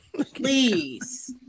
please